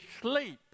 sleep